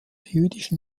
jüdischen